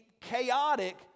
chaotic